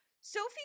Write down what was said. Sophie